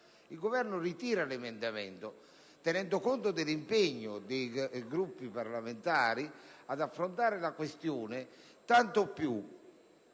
accetta di ritirare l'emendamento, tenendo conto dell'impegno dei Gruppi parlamentari ad affrontare la questione. Non voglio